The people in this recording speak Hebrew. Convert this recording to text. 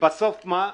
ובסוף מה?